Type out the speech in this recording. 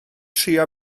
trio